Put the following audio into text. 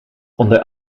onder